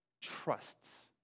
trusts